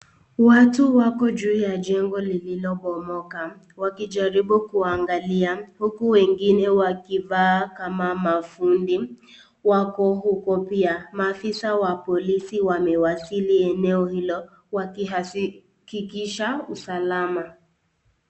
Watu wako juu ya jengo liliopomoka wakijaribu kuangalia huku wengine wakifaa kama mafundi wako huko pia maafisa wa polisi wamewasili eneo hili wakiwa wakihakikisha usalama.